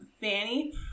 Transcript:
Fanny